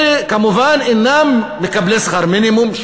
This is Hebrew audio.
אלה כמובן אינם מקבלי שכר מינימום,